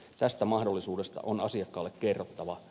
tästä mahdollisuudesta on asiakkaalle kerrottava